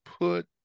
put